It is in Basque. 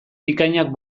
bikainak